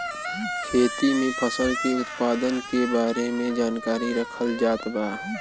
खेती में फसल के उत्पादन के बारे में जानकरी रखल जात बा